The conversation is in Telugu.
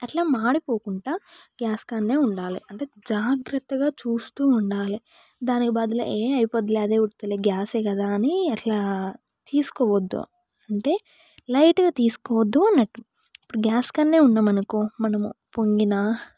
అట్లా మాడిపోకుండా గ్యాస్ కాడ ఉండాలి అంటే జాగ్రత్తగా చూస్తు ఉండాలి దానికి బదులు ఏ అయిపోద్ధిలే అదే ఉడుకుతుందిలే గ్యాసే కదా అని అట్లా తీసుకోవద్దు అంటే లైట్గా తీసుకోవద్దు అన్నట్టు ఇప్పుడు గ్యాస్ కాడ ఉన్నాం అనుకో మనం పొంగిన